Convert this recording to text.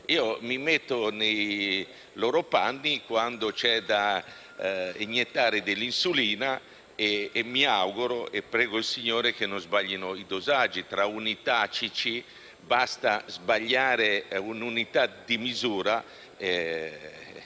Mi metto nei loro panni quando dovranno iniettare dell'insulina; mi auguro e prego il Signore che non sbaglino il dosaggio: tra «unità» e «cc» basta sbagliare un'unità di misura